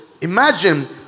imagine